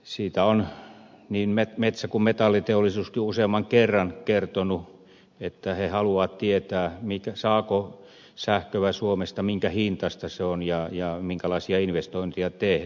siitä on niin metsä kuin metalliteollisuuskin useamman kerran kertonut että he haluavat tietää saako sähköä suomesta minkä hintaista se on ja minkälaisia investointeja tehdään